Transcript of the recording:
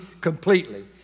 Completely